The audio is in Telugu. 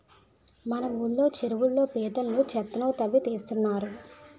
మన ఊళ్ళో చెరువుల్లో పీతల్ని చేత్తోనే తవ్వి తీస్తున్నారు